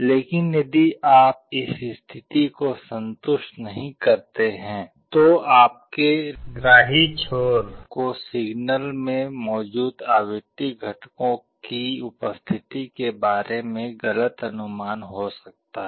लेकिन यदि आप इस स्थिति को संतुष्ट नहीं करते हैं तो आपके ग्राही छोर को सिग्नल में मौजूद आवृत्ति घटकों की उपस्थिति के बारे में गलत अनुमान हो सकता है